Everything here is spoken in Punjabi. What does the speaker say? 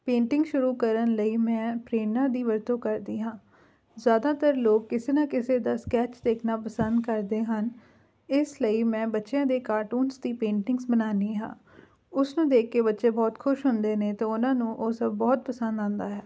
ਪੇਂਟਿੰਗ ਸ਼ੁਰੂ ਕਰਨ ਲਈ ਮੈਂ ਪ੍ਰੇਰਨਾ ਦੀ ਵਰਤੋਂ ਕਰਦੀ ਹਾਂ ਜ਼ਿਆਦਾਤਰ ਲੋਕ ਕਿਸੇ ਨਾ ਕਿਸੇ ਦਾ ਸਕੈਚ ਦੇਖਣਾ ਪਸੰਦ ਕਰਦੇ ਹਨ ਇਸ ਲਈ ਮੈਂ ਬੱਚਿਆਂ ਦੇ ਕਾਰਟੂਨਸ ਦੀ ਪੇਂਟਿੰਗ ਬਣਾਉਂਦੀ ਹਾਂ ਉਸਨੂੰ ਦੇਖ ਕੇ ਬੱਚੇ ਬਹੁਤ ਖੁਸ਼ ਹੁੰਦੇ ਨੇ ਅਤੇ ਉਹਨਾਂ ਨੂੰ ਉਹ ਸਭ ਬਹੁਤ ਪਸੰਦ ਆਉਂਦਾ ਹੈ